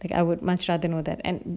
like I would much rather know that and